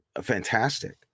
fantastic